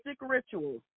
rituals